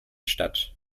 statt